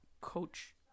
coach